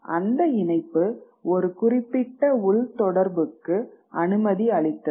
அந்த இணைப்பு ஒரு குறிப்பிட்ட உள் தொடர்புக்கு அனுமதி அளித்தது